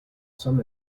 some